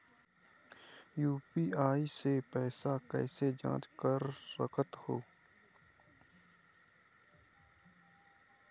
UPI से पैसा कैसे जाँच कर सकत हो?